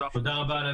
תודה רבה על